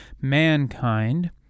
mankind